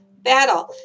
battle